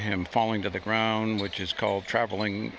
him falling to the ground which is called traveling